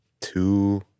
two